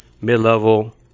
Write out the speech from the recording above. mid-level